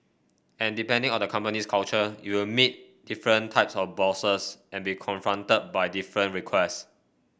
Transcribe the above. and depending on a company's culture you will meet different types of bosses and be confronted by different requests